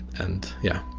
and, yeah.